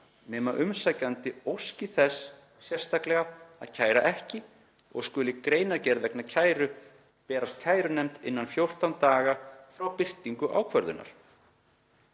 nema umsækjandi óski þess sérstaklega að kæra ekki og skuli greinargerð vegna kæru berast kærunefnd innan 14 daga frá birtingu ákvörðunar.